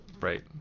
right